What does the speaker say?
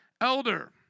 elder